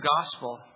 gospel